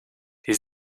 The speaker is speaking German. die